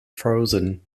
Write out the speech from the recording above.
frozen